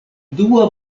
dua